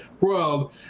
world